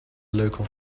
local